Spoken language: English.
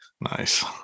Nice